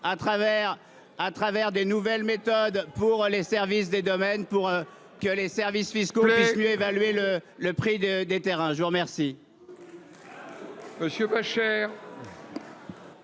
employant de nouvelles méthodes pour que les services des domaines et les services fiscaux puissent mieux évaluer le prix des terrains. Je vous remercie.